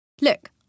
Look